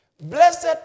Blessed